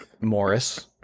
Morris